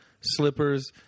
slippers